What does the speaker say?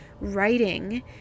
writing